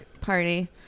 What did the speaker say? party